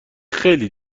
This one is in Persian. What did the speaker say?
خیلی